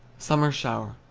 summer shower.